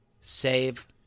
save